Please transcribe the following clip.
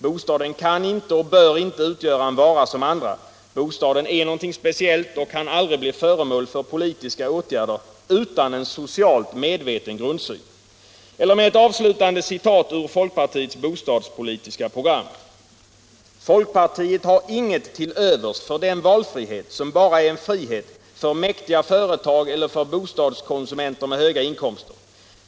Bostaden kan inte och bör inte utgöra en vara som andra, bostaden är någonting speciellt och kan aldrig bli föremål för politiska åtgärder utan en socialt medveten grundsyn. Eller med ett avslutande citat ur folkpartiets bostadspolitiska program: Folkpartiet har inget till övers för den valfrihet som bara är en frihet för mäktiga företag eller för bostadskonsumenter med höga inkomster.